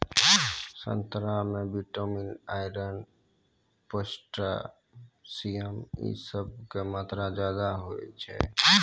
संतरा मे vitamin, iron, potassium इ सभ के मात्रा ज्यादा होय छै